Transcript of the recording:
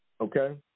okay